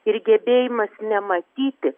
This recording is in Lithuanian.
ir gebėjimas nemąstyti